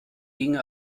ginge